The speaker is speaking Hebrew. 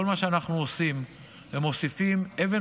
כל מה שאנחנו עושים זה מוסיפים אבן